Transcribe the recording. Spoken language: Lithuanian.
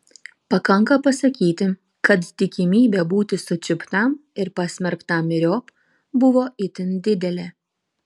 pakanka pasakyti kad tikimybė būti sučiuptam ir pasmerktam myriop buvo itin didelė